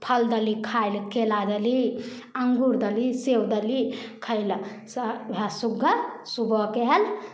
फल देली खाय लए केला देली अंगूर देली सेब देली खयलक स् उएह सुग्गा सुबहकेँ आयल